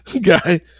Guy